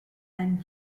and